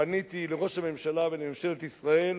פניתי לראש הממשלה ולממשלת ישראל: